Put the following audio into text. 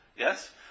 Yes